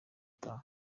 utaha